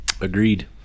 agreed